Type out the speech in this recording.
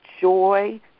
joy